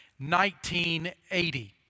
1980